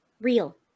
real